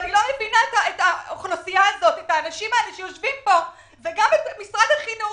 אני לא מבינה את האנשים שיושבים פה ואת משרד החינוך